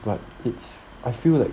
but it's I feel like